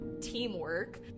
teamwork